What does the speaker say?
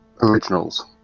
Originals